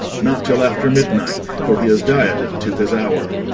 not till after midnight for he is dieted to his hour.